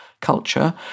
culture